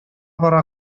бара